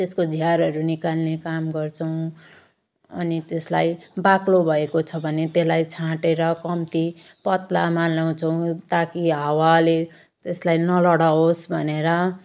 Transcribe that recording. त्यसको झारहरू निकाल्ने काम गर्छौँ अनि त्यसलाई बाक्लो भएको छ भने त्यसलाई छाँटेर कम्ती पतलामा ल्याउँछौँ ताकि हावाले त्यसलाई नलडाओस् भनेर